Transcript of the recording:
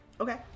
Okay